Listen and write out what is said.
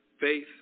faith